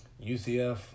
UCF